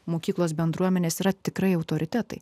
mokyklos bendruomenės yra tikrai autoritetai